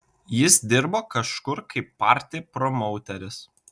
jis dirbo kažkur kaip party promauteris